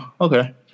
okay